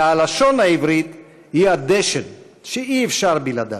והלשון העברית היא הדשן שאי-אפשר בלעדיו,